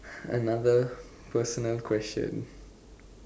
another personal question